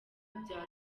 bya